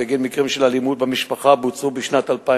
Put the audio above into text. בגין מקרים של אלימות במשפחה בוצעו בשנת 2010